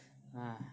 !hais!